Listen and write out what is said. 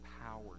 power